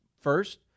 first